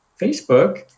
Facebook